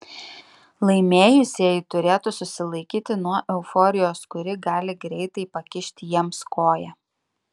laimėjusieji turėtų susilaikyti nuo euforijos kuri gali greitai pakišti jiems koją